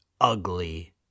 ugly